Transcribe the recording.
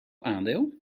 aandeel